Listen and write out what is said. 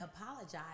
Apologize